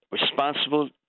responsible